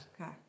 Okay